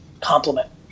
compliment